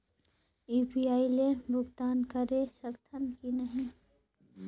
UPI ले भुगतान करे सकथन कि नहीं?